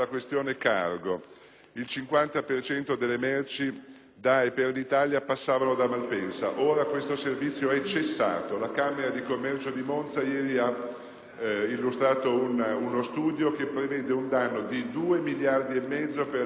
cento delle merci da e per l'Italia passavano da Malpensa e ora questo servizio è cessato. La Camera di commercio di Monza ieri ha illustrato uno studio che prevede un danno di 2 miliardi e mezzo per le imprese lombarde